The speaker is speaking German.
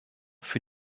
für